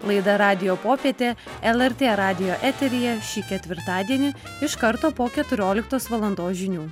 laida radijo popietė lrt radijo eteryje šį ketvirtadienį iš karto po keturioliktos valandos žinių